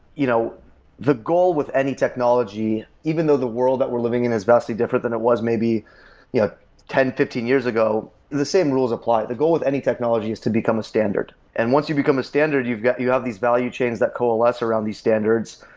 you know the goal with any technology, even though the world that we're living in is vastly different than it was maybe yeah ten, fifteen years ago, the same rules apply. the goal with any technology is to become a standard. and once you become a standard, you have these value chains that coalesce around these standards.